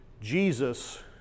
jesus